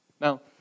Now